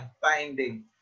finding